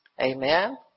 Amen